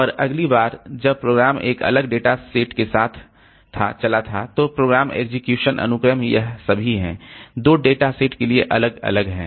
और अगली बार जब प्रोग्राम एक अलग डेटा सेट के साथ था चला था तो प्रोग्राम एक्ज़ीक्यूशन अनुक्रम यह सभी है 2 डेटा सेट के लिए अलग अलग हैं